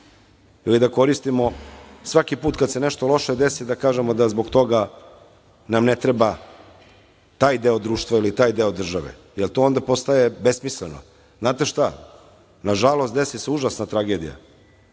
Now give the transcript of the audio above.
ili da koristimo svaki put kada se nešto loše desi da kažemo da zbog toga nam ne treba taj deo društva ili taj deo države, jer to onda postaje besmisleno. Znate šta, na žalost, desi se užasna tragedija,